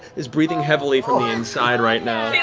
is breathing heavily from the inside right now.